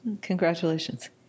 Congratulations